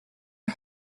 are